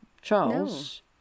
Charles